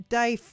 day